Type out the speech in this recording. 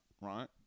right